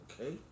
Okay